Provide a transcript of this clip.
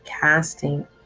casting